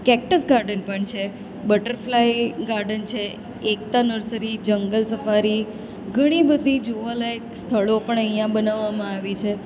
cactus garden પણ છે butterfly garden છે એકતા નર્સરી જંગલ સફારી ઘણી બધી જોવાલાયક સ્થળો પણ અહીંયા બનાવવામાં આવી છે